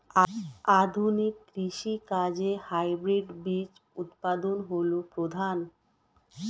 আধুনিক কৃষি কাজে হাইব্রিড বীজ উৎপাদন হল প্রধান